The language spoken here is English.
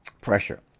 pressure